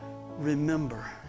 Remember